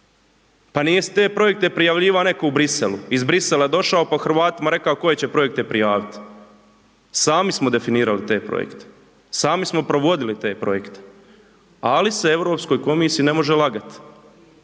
Pa ni te projekte prijavljivao netko u Bruxellesu. Iz Bruxellesu došao pa Hrvatima rekao koje će projekte prijaviti. Sami smo definirali te projekte. Sami smo provodili te projekte. Ali se EU komisiji ne može lagati.